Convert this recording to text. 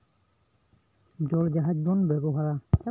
ᱫᱳᱞ ᱡᱟᱦᱟᱡᱽ ᱵᱚᱱ ᱵᱮᱵᱚᱦᱟᱨᱟ